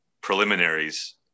preliminaries